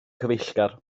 cyfeillgar